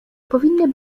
powinny